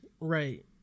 Right